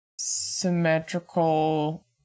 symmetrical